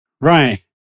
Right